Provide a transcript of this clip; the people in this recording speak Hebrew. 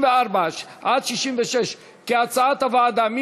כהצעת הוועדה.